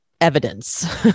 evidence